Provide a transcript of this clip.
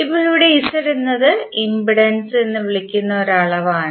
ഇപ്പോൾ ഇവിടെ Z എന്നത് ഇംപെഡൻസ് എന്ന് വിളിക്കുന്ന ഒരു അളവാണ്